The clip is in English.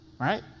right